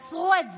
תעצרו את זה,